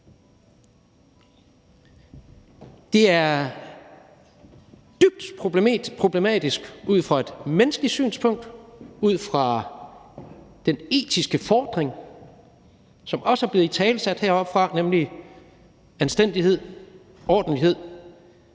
Det er dybt problematisk ud fra et menneskeligt synspunkt, ud fra den etiske fordring, som også er blevet italesat heroppefra, nemlig anstændighed, ordentlighed,